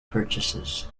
purchases